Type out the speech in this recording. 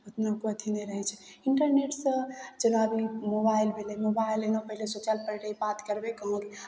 ओतना कोइ अथी नहि रहै छै इंटरनेटसँ जेना अभी मोबाइल भेलै मोबाइल लै लेल पहिले सोचय लेल पड़ैत रहय बात करबै कहाँ